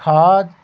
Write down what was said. کھاد